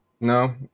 No